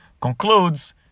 concludes